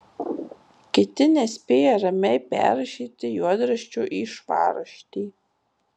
kiti nespėja ramiai perrašyti juodraščio į švarraštį